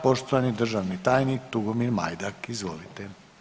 Poštovani državni tajnik Tugomir Majdak, izvolite.